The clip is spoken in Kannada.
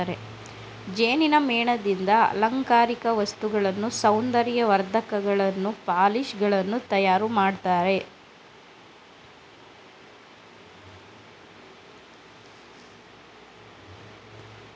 ಜೇನಿನ ಮೇಣದಿಂದ ಅಲಂಕಾರಿಕ ವಸ್ತುಗಳನ್ನು, ಸೌಂದರ್ಯ ವರ್ಧಕಗಳನ್ನು, ಪಾಲಿಶ್ ಗಳನ್ನು ತಯಾರು ಮಾಡ್ತರೆ